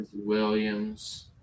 Williams